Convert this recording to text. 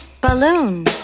Balloon